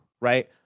right